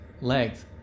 legs